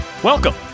Welcome